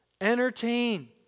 entertain